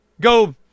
go